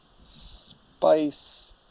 spice